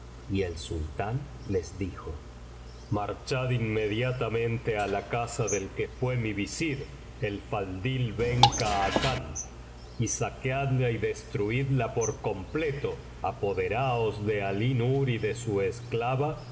y el sultán les dijo marchad inmediatamente a la casa del que fué mi visir el faldl ben khacan y saqueadla y destruidla por completo apoderaos de alí nur y de su esclava